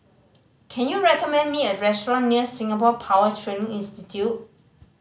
can you recommend me a restaurant near Singapore Power Training Institute